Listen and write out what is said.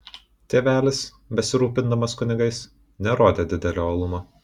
tėvelis besirūpindamas kunigais nerodė didelio uolumo